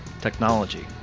technology